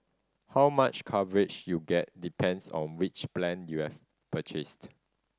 how much coverage you get depends on which plan you have purchased